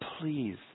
Please